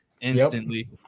instantly